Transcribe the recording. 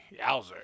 Yowzer